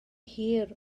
hir